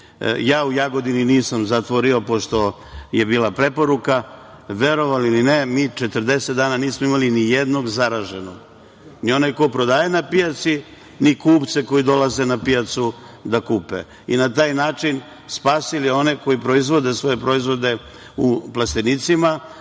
Ja u Jagodini nisam zatvorio pošto je bila preporuka. Verovali ili ne, mi 40 dana nismo imali ni jednog zaraženog, ni onaj ko prodaje na pijaci, ni kupci koji dolaze na pijacu da kupe. Na taj način smo spasili one koji proizvode svoje proizvode u plastenicima.